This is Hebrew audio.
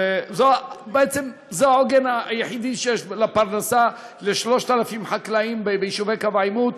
בעצם זה העוגן היחידי לפרנסה של 3,000 חקלאים ביישובי קו העימות.